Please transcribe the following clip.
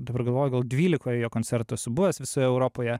dabar galvoju gal dvylikoj jo koncertų esu buvęs visoj europoje